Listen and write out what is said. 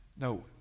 No